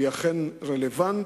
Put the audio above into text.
היא אכן רלוונטית,